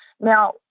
Now